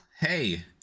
Hey